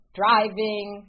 driving